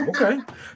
Okay